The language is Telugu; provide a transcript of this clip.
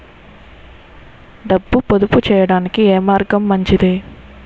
డబ్బు పొదుపు చేయటానికి ఏ మార్గం మంచిది?